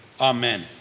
amen